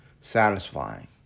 satisfying